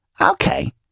okay